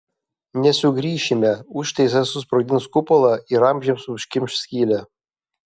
nesugrįšime užtaisas susprogdins kupolą ir amžiams užkimš skylę